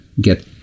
get